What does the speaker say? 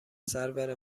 سرور